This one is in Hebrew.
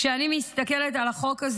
כשאני מסתכלת על החוק,